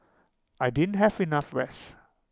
I didn't have enough rest